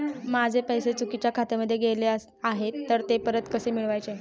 माझे पैसे चुकीच्या खात्यामध्ये गेले आहेत तर ते परत कसे मिळवायचे?